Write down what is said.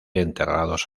enterrados